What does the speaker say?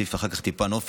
ואוסיף אחר כך טיפה נופך.